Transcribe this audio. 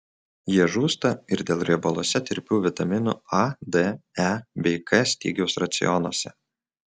jie žūsta ir dėl riebaluose tirpių vitaminų a d e bei k stygiaus racionuose